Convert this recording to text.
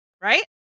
right